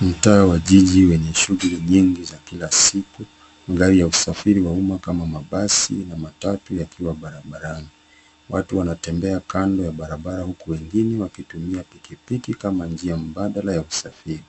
Mtaa wa jijini wenye shughuli nyingi za kila siku. Magari ya usafiri wa umma kama mabasi na matatu yakiwa barabarani. Watu wanatembea kando ya barabara, huku wengine wakitumia pikipiki kama njia mbadala ya usafiri.